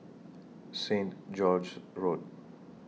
Saint George's Road